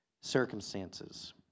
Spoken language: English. circumstances